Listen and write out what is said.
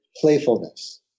playfulness